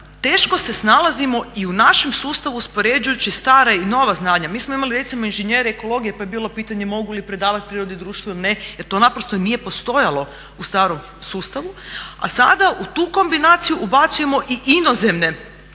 teško se snalazimo i u našem sustavu uspoređujući stara i nova znanja. Mi smo imali recimo inžinjere ekologije pa je bilo pitanje mogu li predavat prirodu i društvo jer to naprosto nije postojalo u starom sustavu, a sada u tu kombinaciju ubacujemo i inozemna